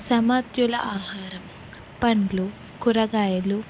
సమతుల్య ఆహారం పండ్లు కూరగాయలు